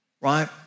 right